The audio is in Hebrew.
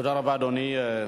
תודה רבה, אדוני.